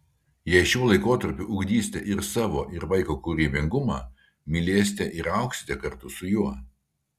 jei šiuo laikotarpiu ugdysite ir savo ir vaiko kūrybingumą mylėsite ir augsite kartu su juo